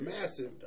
massive